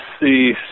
see